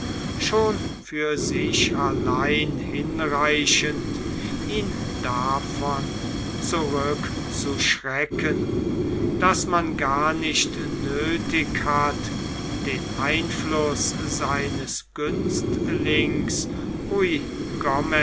schon für sich allein hinreichend ihn davon zurückzuschrecken daß man gar nicht nöthig hat den einfluß seines günstlings